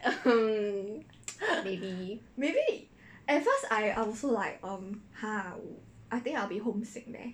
maybe at first I I also like um !huh! I think I will be homesick leh